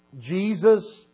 Jesus